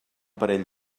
parell